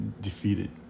defeated